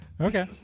Okay